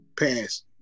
Pass